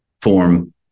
form